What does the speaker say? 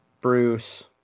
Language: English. Bruce